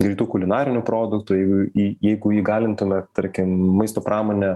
greitų kulinarinių produktų jeigu į jeigu įgalintume tarkim maisto pramonę